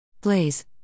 Blaze